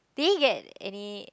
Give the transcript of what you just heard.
did he get any